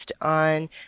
on